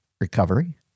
recovery